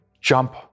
jump